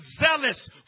zealous